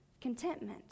contentment